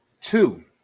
Two